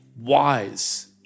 wise